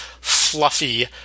fluffy